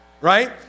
right